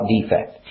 defect